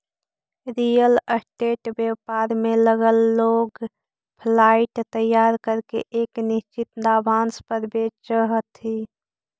real estate व्यापार में लगल लोग फ्लाइट तैयार करके एक निश्चित लाभांश पर बेचऽ हथी